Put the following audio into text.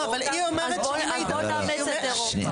היא מסבירה.